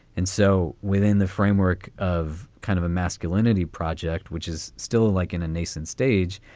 and so within the framework of kind of a masculinity project, which is still like in a nascent stage,